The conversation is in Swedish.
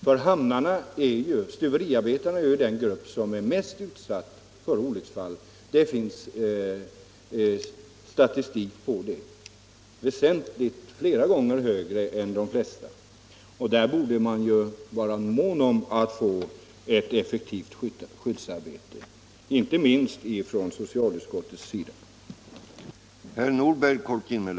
Statistiken visar att stuveriarbetarnas olycksfallsfrekvens är den högsta i landet, den är flera gånger högre än de flesta andra gruppers. Därför borde man, inte minst från socialutskottets sida, vara mån om att få ett effektivt skyddsarbete i hamnarna.